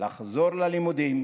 לחזור ללימודים,